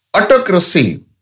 Autocracy